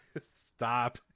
Stop